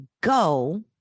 go